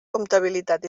comptabilitat